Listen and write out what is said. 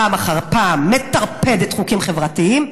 פעם אחר פעם היא מטרפדת חוקים חברתיים.